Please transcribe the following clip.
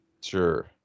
sure